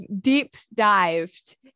deep-dived